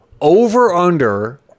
Over-under